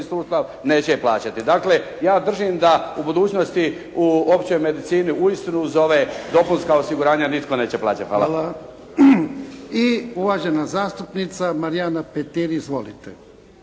sustav neće plaćati. Dakle, ja držim da u budućnosti u općoj medicini uistinu za ova dopunska osiguranja nitko neće plaćati. Hvala. **Jarnjak, Ivan (HDZ)** Hvala. I uvažena zastupnica Marijana Petir. Izvolite.